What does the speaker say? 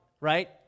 right